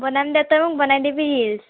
বনাম দে তই মোক বনাই দিবি